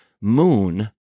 moon